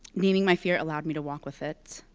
meaning my fear allowed me to walk with it.